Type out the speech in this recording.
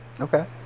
Okay